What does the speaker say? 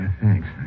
Thanks